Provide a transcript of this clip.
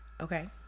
Okay